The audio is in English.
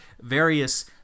various